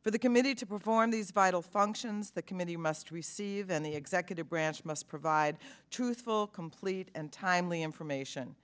for the committee to perform these vital functions the committee must receive and the executive branch must provide truthful complete and timely information